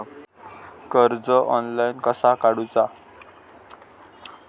कर्ज ऑनलाइन कसा काडूचा?